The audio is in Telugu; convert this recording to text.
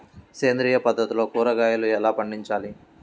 సేంద్రియ పద్ధతిలో కూరగాయలు ఎలా పండించాలి?